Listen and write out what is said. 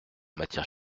matière